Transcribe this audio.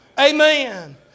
Amen